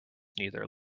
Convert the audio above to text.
neither